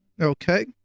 okay